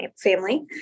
family